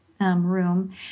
Room